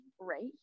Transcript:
right